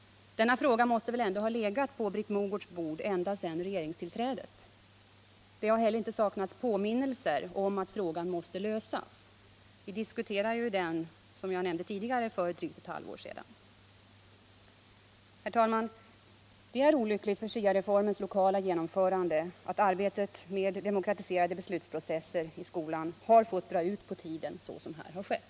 Denna fråga måste ändå ha legat på Britt Mogårds bord ända sedan regeringstillträdet. Det har inte heller saknats påminnelser om att frågan måste lösas. Vi diskuterade den, som jag nämnde tidigare, för drygt ett halvår sedan. Herr talman! Det är olyckligt för SIA-reformens lokala genomförande att arbetet med demokratiserade beslutsprocesser i skolan har fått dra ut på tiden så som här har skett.